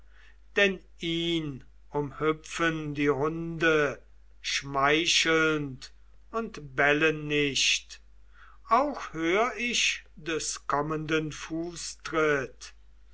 denn ihn umhüpfen die hunde schmeichelnd und bellen nicht auch hör ich des kommenden fußtritt